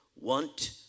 want